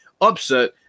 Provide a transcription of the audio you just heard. upset